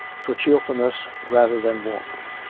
for cheer fulness rather than warmth,